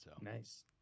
Nice